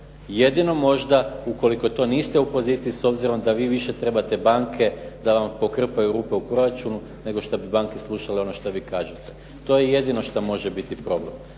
jedino možda ukoliko to niste u poziciji s obzirom da vi više trebate banke da vam pokrpaju rupe u proračunu nego što bi banke slušale ono što vi kažete. To je jedino što može biti problem.